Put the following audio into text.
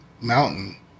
mountain